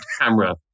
camera